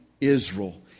Israel